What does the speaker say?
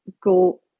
go